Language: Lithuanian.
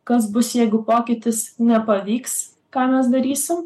kas bus jeigu pokytis nepavyks ką mes darysim